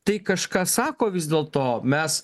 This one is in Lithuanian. tai kažką sako vis dėlto mes